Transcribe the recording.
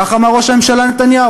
כך אמר ראש הממשלה נתניהו: